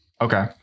Okay